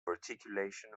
articulation